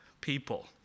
people